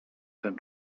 ten